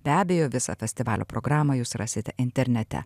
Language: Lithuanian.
be abejo visą festivalio programą jūs rasite internete